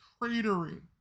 cratering